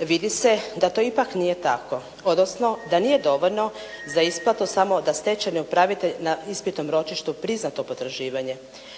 vidi se da to ipak nije tako odnosno da nije dovoljno za isplatu samo da stečajni upravitelj na ispitnom ročištu prizna to potraživanje.